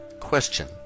Question